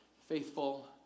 faithful